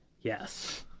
Yes